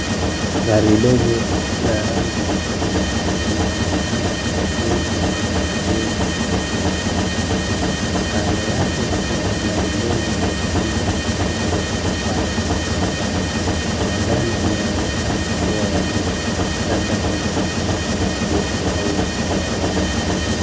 Gari ndogo la rangi ya chungwa inaonekana kuegeshwa kwenye sehemu yenye udongo. Kando yake kuna gari ndogo nyekundu na majengo yenye paa za majani. Mandhari inaonekana kuwa ya nje labda kwenye eneo la maegesho au uwanja wa wazi.